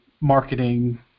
marketing